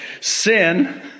sin